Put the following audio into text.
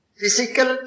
physical